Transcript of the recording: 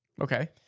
Okay